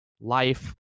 life